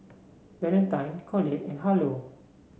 Valentine Colette and Harlow